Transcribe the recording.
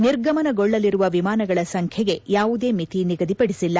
ನಿರ್ಗಮನಗೊಳ್ಳಲಿರುವ ವಿಮಾನಗಳ ಸಂಬ್ಲೆಗೆ ಯಾವುದೇ ಮಿತಿ ನಿಗದಿಪಡಿಸಿಲ್ಲ